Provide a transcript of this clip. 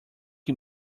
you